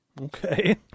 okay